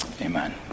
Amen